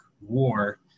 war